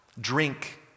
Drink